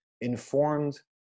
informed